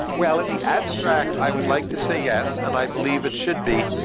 well, in the abstract, i would like to say yes, and i believe it should be.